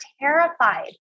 terrified